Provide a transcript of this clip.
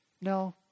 No